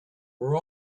were